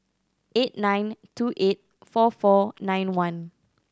eight nine two eight four four nine one